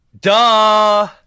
Duh